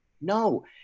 No